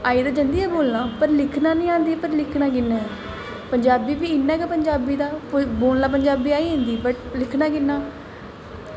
आई ते जंदी ऐ बोलना पर लिखना नेईं आंदी ऐ पर लिखना कि'यां ऐ पंजाबी बी इ'यां गै पंजाबी दा कोई बोलना पंजाबी आई जंदी पर लिखना कि'यां